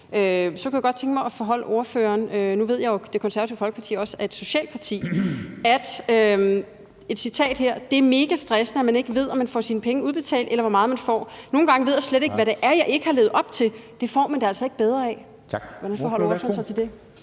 jeg egentlig godt tænke mig at foreholde ordføreren et citat: Det er megastressende, at man ikke ved, om man får sine penge udbetalt, eller hvor meget man får; nogle gange ved jeg slet ikke, hvad det er, jeg ikke har levet op til. Det får man det altså ikke bedre af. Hvordan forholder ordføreren sig til det?